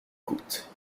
coûte